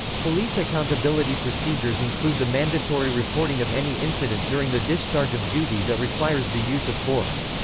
police accountability procedures include the mandatory reporting of any incident during the discharge of duty that requires the use of force.